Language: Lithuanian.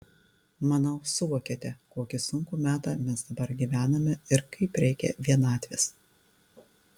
manau suvokiate kokį sunkų metą mes dabar gyvename ir kaip reikia vienatvės